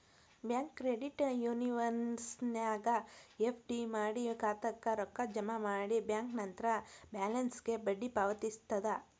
bank credit ಯೂನಿಯನ್ನ್ಯಾಗ್ FD ಮಾಡಿ ಖಾತಾಕ್ಕ ರೊಕ್ಕ ಜಮಾ ಮಾಡಿ ಬ್ಯಾಂಕ್ ನಂತ್ರ ಬ್ಯಾಲೆನ್ಸ್ಗ ಬಡ್ಡಿ ಪಾವತಿಸ್ತದ